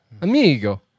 Amigo